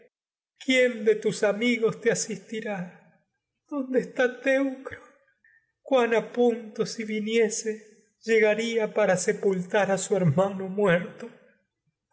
quién de tus cuán a amigos te asistirá dónde está teucro punto si viniese muerto llegaría para sepultar a su hermano